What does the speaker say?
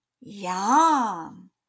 Yum